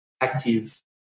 active